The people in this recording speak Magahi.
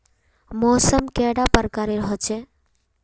मौसम कैडा प्रकारेर होचे?